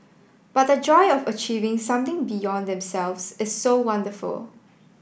but the joy of achieving something beyond themselves is so wonderful